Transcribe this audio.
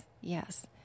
Yes